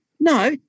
No